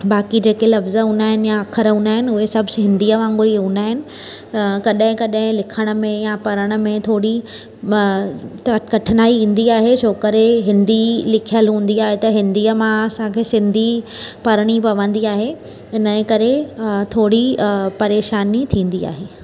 बाक़ी जेके लफ़्ज हुंदा आहिनि या अखर हुंदा आहिनि उहे हिंदीअ वांगुरु ई हुंदा आहिनि कडहिं कडहिं लिखणु में या पढ़णु में थोरी कठिनाई ईंदी आहे छोकरि हिंदी लिखयल हूंदी आहे त हिंदीअ मां असांखे सिंधी पढ़णी पवंदी आहे इनजे करे अं थोरी अं परेशानी थींदी आहे